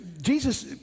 Jesus